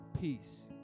peace